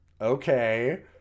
Okay